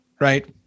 Right